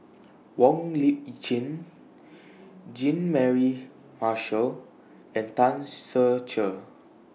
Wong Lip Chin Jean Mary Marshall and Tan Ser Cher